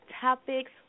topics